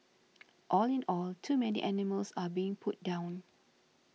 all in all too many animals are being put down